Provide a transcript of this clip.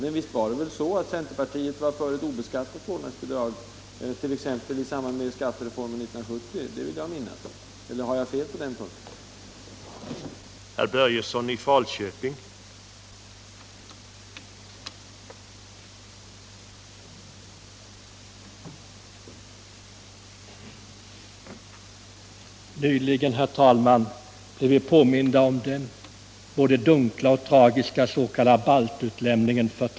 Men visst var det väl så att centern var för ett obeskattat vårdnadsbidrag t.ex. i samband med skattereformen 1970? Det vill jag minnas. Har jag fel på den punkten?